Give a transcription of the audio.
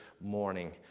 morning